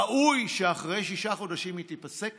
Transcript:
ראוי שאחרי שישה חודשים היא תיפסק